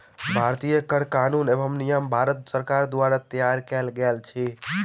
भारतीय कर कानून एवं नियम भारत सरकार द्वारा तैयार कयल गेल अछि